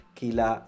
kila